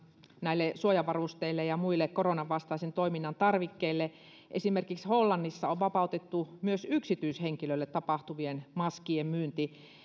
näille suojavarusteille ja muille koronan vastaisen toiminnan tarvikkeille ja esimerkiksi hollannissa on vapautettu myös yksityishenkilölle tapahtuva maskien myynti